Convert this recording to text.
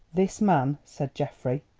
this man, said geoffrey,